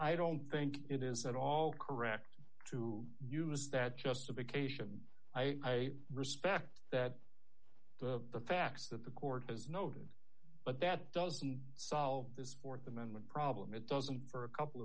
i don't think it is at all correct to use that justification i respect that the facts that the court has noted but that doesn't solve this th amendment problem it doesn't for a couple